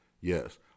Yes